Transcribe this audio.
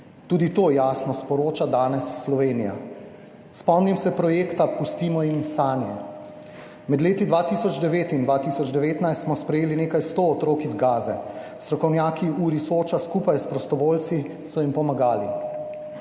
Tudi to jasno sporoča danes Slovenija. Spomnim se projekta Pustimo jim sanje, med leti 2009 in 2019 smo sprejeli nekaj sto otrok iz Gaze. Strokovnjaki URI Soča skupaj s prostovoljci so jim pomagali.